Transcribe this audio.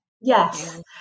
Yes